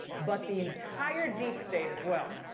but the entire deep state, as well.